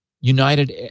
United